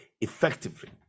effectively